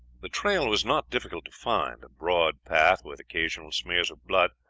the trail was not difficult to find. a broad path, with occasional smears of blood,